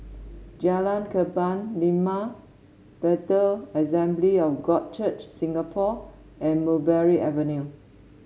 Jalan Kebun Limau Bethel Assembly of God Church Singapore and Mulberry Avenue